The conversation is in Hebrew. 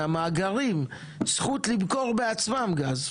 מהמאגרים זכות למכור בעצמן גז,